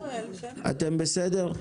אתן בסדר?